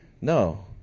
No